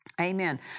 Amen